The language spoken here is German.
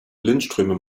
blindströme